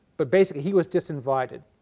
but basically he was disinvited.